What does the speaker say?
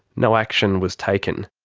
no action was taken.